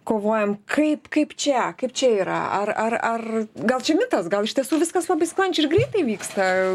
kovojam kaip kaip čia kaip čia yra ar ar ar gal čia mitas gal iš tiesų viskas labai sklandžiai ir greitai vyksta